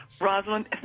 Rosalind